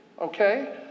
okay